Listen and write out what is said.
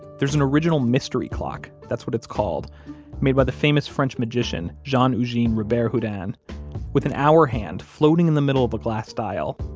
there's an original mystery clock that's what it's called made by the famous french magician jean eugene robert-houdin with an hour hand floating in the middle of a glass dial,